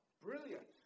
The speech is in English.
Brilliant